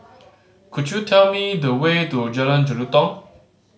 could you tell me the way to Jalan Jelutong